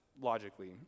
logically